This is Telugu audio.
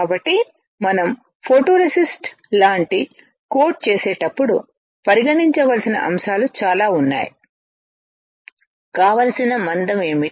కాబట్టి మనం ఫోటోరేసిస్ట్ లాంటి కోట్ చేసేటప్పుడు పరిగణించవలసిన అంశాలు చాలా ఉన్నాయి కావలసిన మందం ఏమిటి